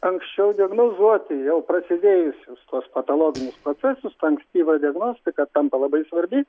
anksčiau diagnozuoti jau prasidėjusius tuos pataloginius procesus ta ankstyva diagnostika tampa labai svarbi